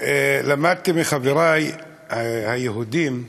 למדתי מחברי היהודים,